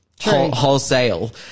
Wholesale